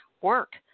work